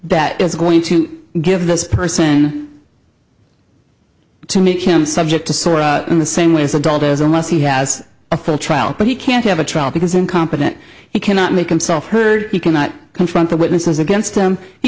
that is going to give this person to make him subject to source in the same way as adult is unless he has a full trial but he can't have a trial because incompetent he cannot make himself heard he cannot confront the witnesses against him